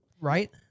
Right